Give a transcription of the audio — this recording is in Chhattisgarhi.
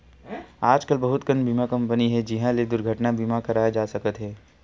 आजकल बहुत कन बीमा कंपनी हे जिंहा ले दुरघटना बीमा करवाए जा सकत हे